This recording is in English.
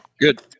Good